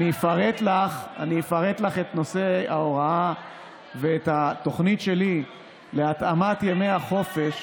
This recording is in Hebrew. ואני אפרט לך את נושא ההוראה ואת התוכנית שלי להתאמת ימי החופש,